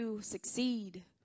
succeed